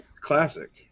classic